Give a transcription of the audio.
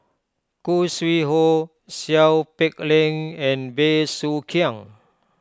Khoo Sui Hoe Seow Peck Leng and Bey Soo Khiang